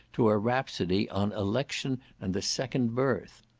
to a rhapsody on election and the second birth.